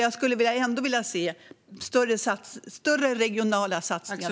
Jag skulle därför ändå vilja se större regionala satsningar.